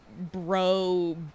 bro